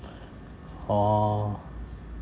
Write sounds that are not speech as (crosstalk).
(breath) oh